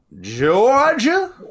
Georgia